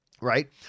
right